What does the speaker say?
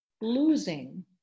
losing